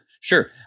sure